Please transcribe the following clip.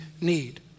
need